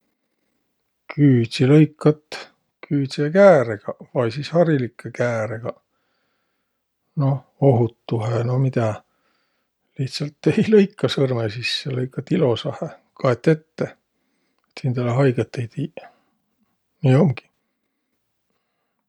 Küüdsi lõikat küüdsekääregaq, vai sis harilikkõ kääregaq. Noh, ohutuhe, no midä? Lihtsält ei lõikaq sõrmõ sisse, lõikat ilosahe, kaet ette, et hindäle haigõt ei tiiq. Nii umgiq.